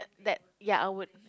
that I would